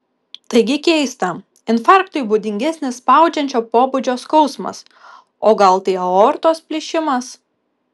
taigi keista infarktui būdingesnis spaudžiančio pobūdžio skausmas o gal tai aortos plyšimas